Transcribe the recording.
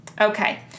Okay